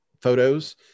photos